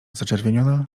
zaczerwieniona